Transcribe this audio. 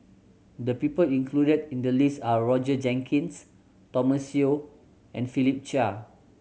the people included in the list are Roger Jenkins Thomas Yeo and Philip Chia